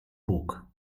bug